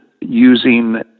using